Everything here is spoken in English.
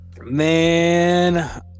Man